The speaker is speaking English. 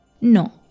No